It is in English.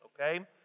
Okay